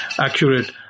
accurate